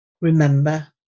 Remember